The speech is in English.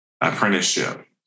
apprenticeship